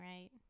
right